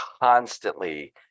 constantly